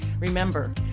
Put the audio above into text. Remember